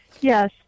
Yes